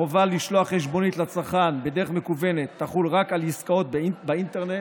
החובה לשלוח חשבונית לצרכן בדרך מקוונת תחול רק על עסקאות באינטרנט.